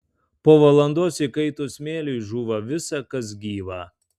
po valandos įkaitus smėliui žūva visa kas gyva